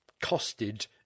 costed